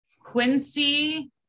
Quincy